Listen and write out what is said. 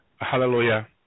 Hallelujah